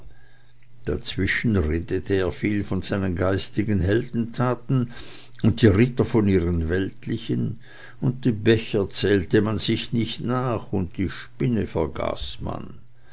dazwischen redete er viel von seinen geistigen heldentaten und die ritter von ihren weltlichen und die becher zählte man sich nicht nach und die spinne